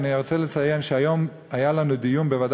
אני רוצה לציין שהיום היה לנו דיון בוועדה